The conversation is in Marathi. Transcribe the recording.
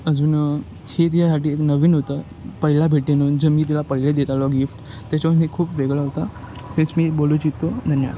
अजून हे तिच्यासाठी एक नवीन होतं पहिला भेटीतून जे मी तिला पहिले देत आलो गिफ्ट त्याच्याहून हे खूप वेगळा होता तेच मी बोलू इच्छितो धन्यवाद